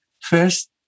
first